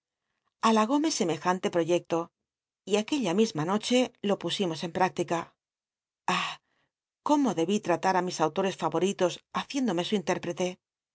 nochu halagóme semejante pro eclo y aquella misma noche lo pusimos en míctica ah i cómo debí tratar á mis autores fayoritos haciéndome su intérprctc